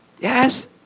Yes